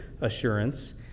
assurance